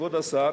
כבוד השר,